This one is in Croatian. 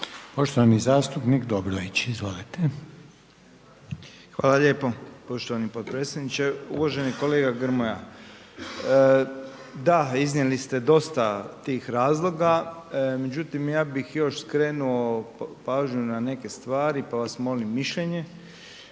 Poštovani zastupnik Dobrović, izvolite. **Dobrović, Slaven (MOST)** Hvala lijepo poštovani potpredsjedniče. Uvaženi kolega Grmoja, da iznijeli ste dosta tih razloga, međutim, ja bih još skrenuo pažnju na neke stvari, pa vas molim mišljenje.